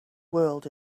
world